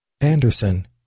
Anderson